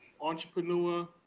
Entrepreneur